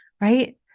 right